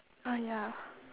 ah ya